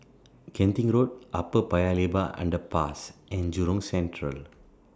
Genting Road Upper Paya Lebar Underpass and Jurong Central